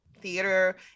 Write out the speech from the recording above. theater